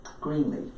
Greenleaf